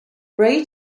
bray